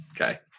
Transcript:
Okay